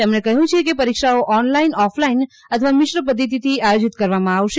તેમણે કહ્યું છે કે પરીક્ષાઓ ઓનલાઇન ઓફલાઇન અથવા મિશ્ર પધ્ધતિથી આયોજીત કરવામાં આવશે